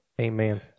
Amen